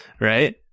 right